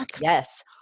Yes